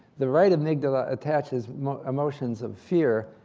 the right amygdala attaches emotions of fear.